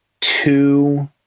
two